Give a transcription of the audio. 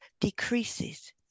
decreases